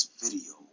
video